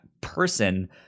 person